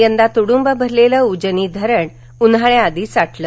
यंदा तुडंब भरलेलं उजनी धरण उन्हाळ्याआधीच आटलं